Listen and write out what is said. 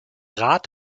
rat